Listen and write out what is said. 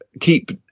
keep